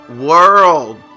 world